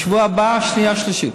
בשבוע הבא קריאה שנייה ושלישית.